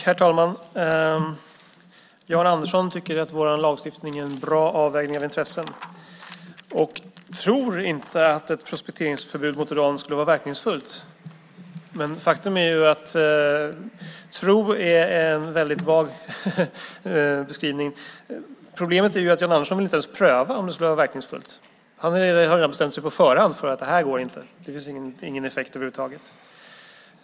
Herr talman! Jan Andersson tycker att vår lagstiftning innebär en bra avvägning av intressen och tror inte att ett prospekteringsförbud mot uran skulle vara verkningsfullt. Men faktum är att tro är en väldigt vag beskrivning. Problemet är att Jan Andersson inte ens vill pröva om det skulle vara verkningsfullt. Han har bestämt sig på förhand att detta inte går. Det får ingen effekt över huvud taget.